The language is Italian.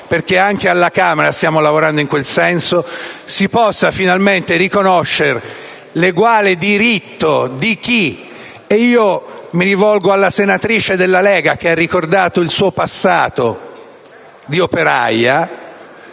che anche alla Camera stiamo lavorando in quel senso, si possa finalmente riconoscere l'eguale diritto di chi (e mi rivolgo alla senatrice della Lega che ha ricordato il suo passato di operaia),